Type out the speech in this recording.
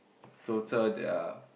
total their